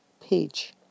page